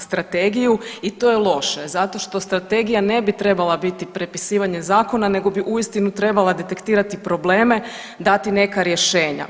strategiju i to je loše zato što strategija ne bi trebala biti prepisivanje zakona nego bi uistinu trebala detektirati probleme i dati neka rješenja.